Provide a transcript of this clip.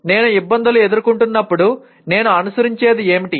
నేను ఇబ్బందులు ఎదుర్కొంటున్నప్పుడు నేను అనుసరించేది ఏమిటి